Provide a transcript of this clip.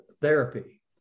therapy